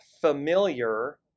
familiar